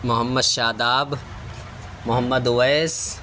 Muhammad Shadab Mohammad Owais